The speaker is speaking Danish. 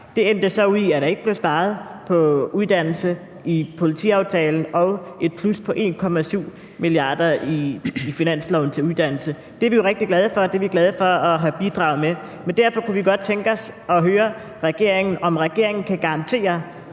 Det endte så med, at der ikke blev sparet på uddannelse i politiaftalen, og med et plus på 1,7 mia. kr. i finansloven til uddannelse. Det er vi jo rigtig glade for, og det er vi glade for at have bidraget til. Derfor kunne vi godt tænke os at høre, om regeringen kan garantere,